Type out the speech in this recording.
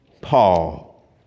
Paul